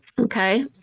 Okay